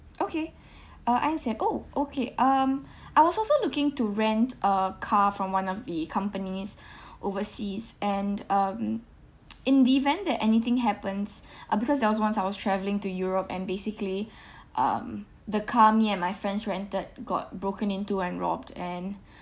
okay uh understand !ow! okay um I was also looking to rent a car from one of the companies overseas and um in the event that anything happens uh because there was once I was travelling to europe and basically um the car me and my friends rented got broken into and robbed and